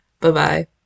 Bye-bye